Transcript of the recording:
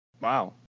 wow